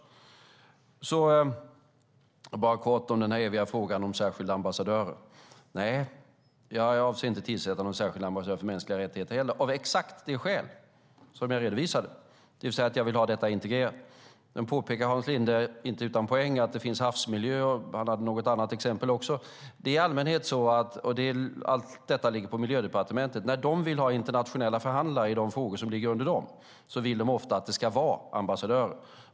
Jag ska kortfattat säga något om den eviga frågan om särskilda ambassadörer. Nej, jag avser inte att tillsätta någon särskild ambassadör för mänskliga rättigheter av exakt det skäl som jag redovisade, det vill säga att jag vill ha detta integrerat. Sedan påpekar Hans Linde, inte utan poäng, att det finns ambassadörer för havsmiljö, och han hade något annat exempel också. Det är i allmänhet så - allt detta ligger på Miljödepartementet - att när de vill ha internationella förhandlare i de frågor som ligger under Miljödepartementet vill de ofta att det ska vara ambassadörer.